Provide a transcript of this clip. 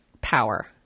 power